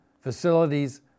facilities